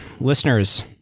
Listeners